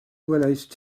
welaist